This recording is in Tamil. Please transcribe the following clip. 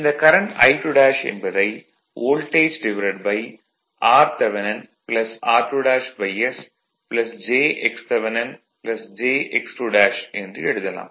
இந்த கரண்ட் I2 என்பதை வோல்டேஜ்rth r2s jxthjx2 என்று எழுதலாம்